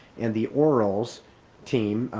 in the orals team,